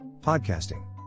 Podcasting